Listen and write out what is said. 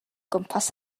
gwmpas